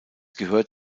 gehört